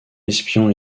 espion